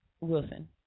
Wilson